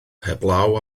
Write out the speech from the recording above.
heblaw